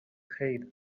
خیر